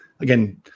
again